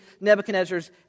Nebuchadnezzar's